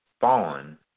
fallen